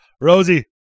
Rosie